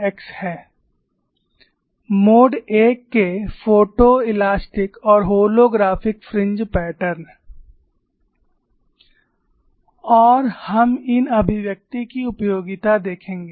Photoelastic and Holographic fringe patterns of Mode I mode I के photoelastic और holographic fringe pattern और हम इन अभिव्यक्ति की उपयोगिता देखेंगे